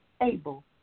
able